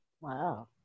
Wow